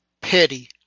Petty